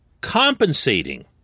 compensating